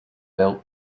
belt